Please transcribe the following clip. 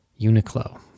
Uniqlo